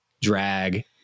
drag